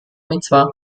mitzvah